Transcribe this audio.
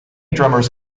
drummers